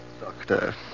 Doctor